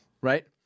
Right